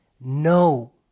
No